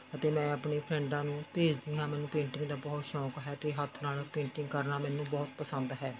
ਅਤੇ ਮੈਂ ਆਪਣੀ ਫ਼ਰੈਡਾਂ ਨੂੰ ਭੇਜਦੀ ਹਾਂ ਮੈਨੂੰ ਪੇਂਟਿੰਗ ਦਾ ਬਹੁਤ ਸ਼ੌਕ ਹੈ ਅਤੇ ਹੱਥ ਨਾਲ਼ ਪੇਂਟਿੰਗ ਕਰਨਾ ਮੈਨੂੰ ਬਹੁਤ ਪਸੰਦ ਹੈ